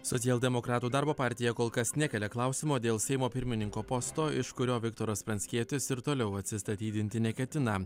socialdemokratų darbo partija kol kas nekelia klausimo dėl seimo pirmininko posto iš kurio viktoras pranckietis ir toliau atsistatydinti neketina